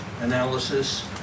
analysis